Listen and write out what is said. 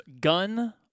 gun